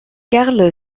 carl